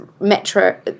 metro